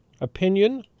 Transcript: opinion